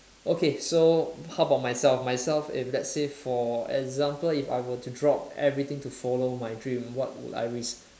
okay so how about myself myself in let's say for example if I were to drop everything to follow my dream what would I risk